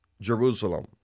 Jerusalem